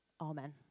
amen